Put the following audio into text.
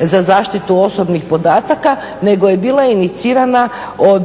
za zaštitu osobnih podataka nego je bila inicirana od